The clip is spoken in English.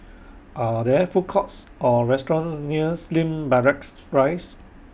Are There Food Courts Or restaurants near Slim Barracks Rise